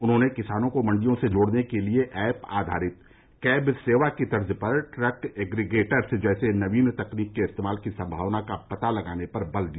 उन्होंने किसानों को मंडियों से जोड़ने के लिये ऐप आधारित कैब सेवा की तर्ज पर ट्रक एग्रिगेटर्स जैसे नवीन तरीके के इस्तेमाल की सम्भावना का पता लगाने पर बल दिया